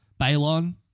Balon